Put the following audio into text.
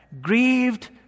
grieved